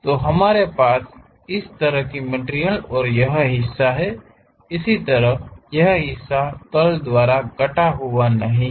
तो हमारे पास इस तरह की मटिरियल और यह हिस्सा है इसी तरह यह हिस्सा तल द्वारा कटा हुआ नहीं है